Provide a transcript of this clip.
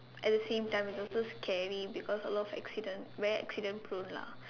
at the same time it's also scary because a lot of accident very accident prone lah